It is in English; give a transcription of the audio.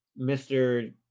mr